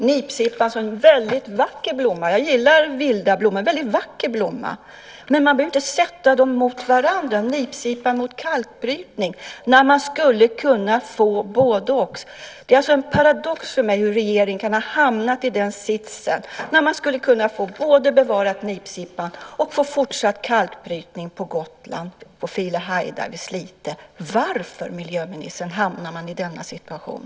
Nipsippan är en väldigt vacker blomma. Jag gillar vilda blommor. Men man behöver inte sätta dem mot varandra, nipsippa mot kalkbrytning, när man skulle kunna få både-och. Det är en paradox för mig hur regeringen kan ha hamnat i den sitsen när man kunde ha fått både nipsippan bevarad och fortsatt kalkbrytning på Gotland, på Filehajdar i Slite. Varför, miljöministern, hamnar man i denna situation?